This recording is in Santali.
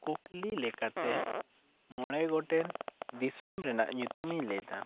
ᱠᱩᱠᱞᱤ ᱞᱮᱠᱟᱛᱮ ᱢᱚᱬᱮ ᱜᱚᱴᱮᱡ ᱫᱤᱥᱚᱢ ᱨᱮᱱᱟᱜ ᱧᱩᱛᱩᱢ ᱤᱧ ᱞᱟᱹᱭ ᱮᱫᱟ